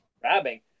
grabbing